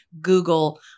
Google